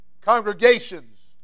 congregations